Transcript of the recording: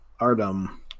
Artem